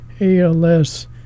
ALS